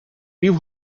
пів